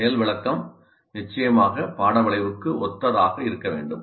செயல் விளக்கம் நிச்சயமாக பாட விளைவுக்கு ஒத்ததாக இருக்க வேண்டும்